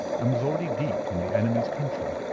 and was already deep in the enemy's country.